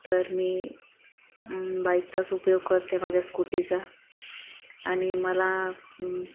तर मी बाइकचाच उपयोग करते माझ्या स्कूटीचा आणि मला